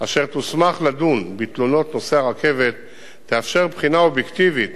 אשר תוסמך לדון בתלונות נוסעי הרכבת תאפשר בחינה אובייקטיבית